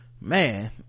man